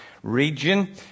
Region